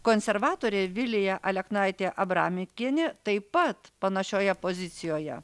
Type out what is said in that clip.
konservatorė vilija aleknaitė abramikienė taip pat panašioje pozicijoje